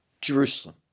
Jerusalem